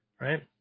right